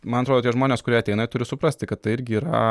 mantrodo tie žmonės kurie ateina jie turi suprasti kad tai irgi yra